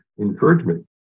encouragement